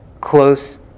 close